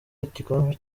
igikombe